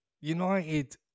United